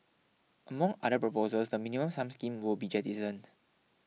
among other proposals the Minimum Sum scheme will be jettisoned